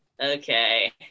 Okay